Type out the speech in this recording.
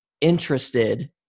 interested